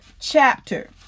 chapter